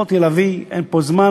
יכולתי להביא, אין פה זמן,